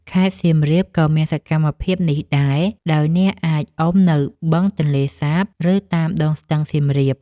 ខេត្តសៀមរាបក៏មានសកម្មភាពនេះដែរ ដោយអ្នកអាចអុំនៅបឹងទន្លេសាប ឬតាមដងស្ទឹងសៀមរាប។